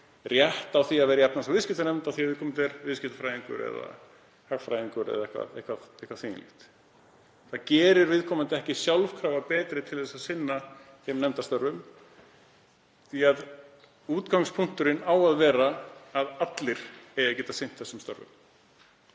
rétt á því að sitja í efnahags- og viðskiptanefnd af því að hann er viðskiptafræðingur eða hagfræðingur eða eitthvað því um líkt. Það gerir viðkomandi ekki sjálfkrafa betri til að sinna þeim nefndastörfum því að útgangspunkturinn á að vera að allir eiga að geta sinnt þessum störfum.